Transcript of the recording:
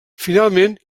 finalment